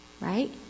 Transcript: Right